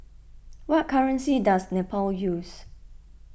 what currency does Nepal use